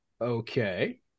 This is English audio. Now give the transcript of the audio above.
Okay